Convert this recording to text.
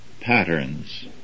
patterns